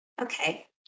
Okay